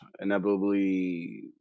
inevitably